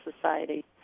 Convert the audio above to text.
Society